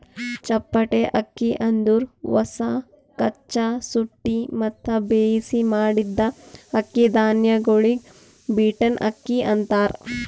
ಚಪ್ಪಟೆ ಅಕ್ಕಿ ಅಂದುರ್ ಹೊಸ, ಕಚ್ಚಾ, ಸುಟ್ಟಿ ಮತ್ತ ಬೇಯಿಸಿ ಮಾಡಿದ್ದ ಅಕ್ಕಿ ಧಾನ್ಯಗೊಳಿಗ್ ಬೀಟನ್ ಅಕ್ಕಿ ಅಂತಾರ್